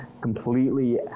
completely